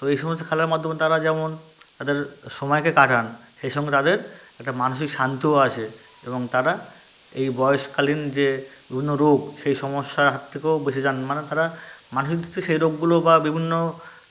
তো এই সমস্ত খেলার মাধ্যমে তারা যেমন তাদের সময়কে কাটান সেই সঙ্গে তাদের একটা মানসিক শান্তিও আসে এবং তারা এই বয়সকালীন যে বিভিন্ন রোগ সেই সমস্যার হাত থেকেও বেঁচে যান মানে তারা মানসিক দিক থেকে সেই রোগগুলো বা বিভিন্ন